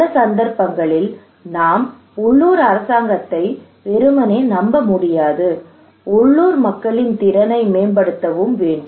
பல சந்தர்ப்பங்களில் நாம் உள்ளூர் அரசாங்கத்தை வெறுமனே நம்ப முடியாது உள்ளூர் மக்களின் திறனை மேம்படுத்தவும் வேண்டும்